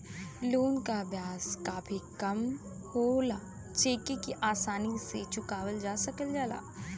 loan क ब्याज काफी कम होला जेके आसानी से चुकावल जा सकल जाला